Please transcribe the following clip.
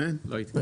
אין.